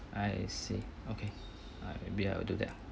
I see okay I maybe I will do that ah